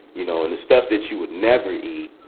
you know, and the stuff that you would never eat.